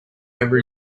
over